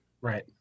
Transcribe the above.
right